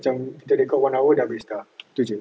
macam kita record one hour dah habis dah tu jer